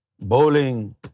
bowling